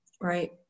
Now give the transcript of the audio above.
right